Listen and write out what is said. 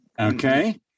Okay